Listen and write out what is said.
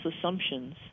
assumptions